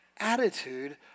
attitude